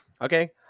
Okay